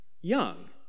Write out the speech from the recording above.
young